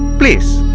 please